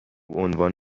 عنوان